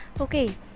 Okay